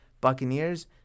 buccaneers